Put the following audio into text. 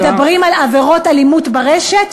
מדברים על עבירות אלימות ברשת,